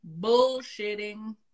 bullshitting